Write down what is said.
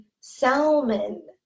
salmon